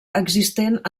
existent